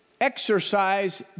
Exercise